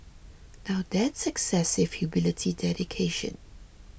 now that's excessive humility dedication